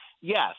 Yes